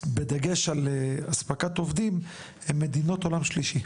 בדגש על אספקת עובדים, הן מדינות עולם שלישי.